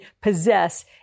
possess